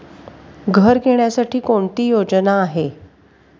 घर घेण्यासाठी कोणती योजना आहे?